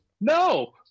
No